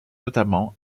notamment